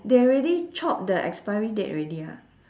they already chop the expiry date already ah